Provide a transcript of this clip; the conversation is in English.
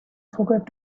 forget